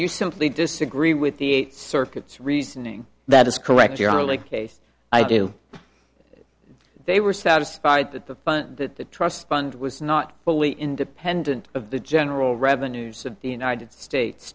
you simply disagree with the circuits reasoning that is correct your only case i do they were satisfied that the trust fund was not fully independent of the general revenues of the united states